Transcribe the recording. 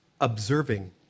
observing